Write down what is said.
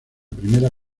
primera